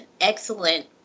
excellent